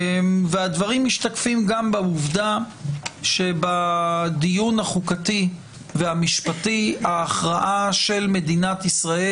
והדברים משתקפים גם בעובדה שבדיון החוקתי והמשפטי ההכרעה של מדינת ישראל